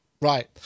right